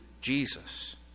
Jesus